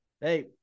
Hey